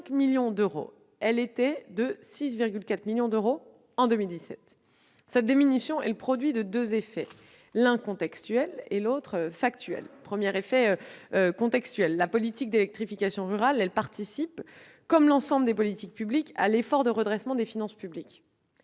Elle était de 6,4 millions d'euros en 2017. Cette diminution est le produit de deux effets, l'un contextuel et l'autre factuel. Premièrement, lapolitique d'électrification rurale participe, comme l'ensemble des politiques publiques, à l'effort de redressement des finances publiques.